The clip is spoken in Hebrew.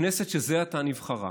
שכנסת שזה עתה נבחרה